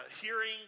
hearing